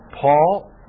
Paul